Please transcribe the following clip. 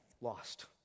lost